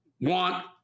want